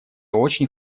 очень